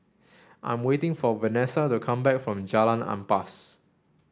I am waiting for Vanesa to come back from Jalan Ampas